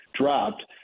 dropped